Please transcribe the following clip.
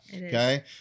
Okay